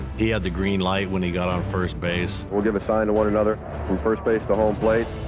he had the green light when he got on first base. we'll give a sign to one another from first base to home plate.